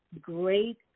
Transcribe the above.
great